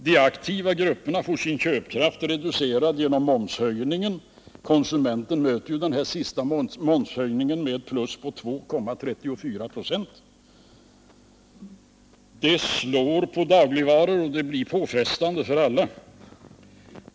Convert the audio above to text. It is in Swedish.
De aktiva grupperna får sin köpkraft reducerad genom momshöjningen. Konsumenten möter ju den här senaste momshöjningen med 2,34 26. Det slår igenom på dagligvaror och det blir påfrestande för alla.